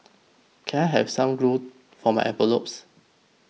can I have some glue for my envelopes